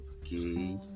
okay